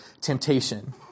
temptation